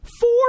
four